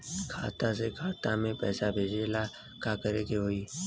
खाता से खाता मे पैसा भेजे ला का करे के होई?